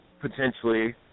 potentially